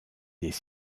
des